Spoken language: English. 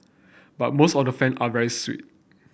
but most of the fan are very sweet